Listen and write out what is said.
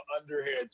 underhand